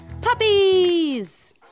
puppies